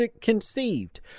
conceived